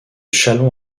châlons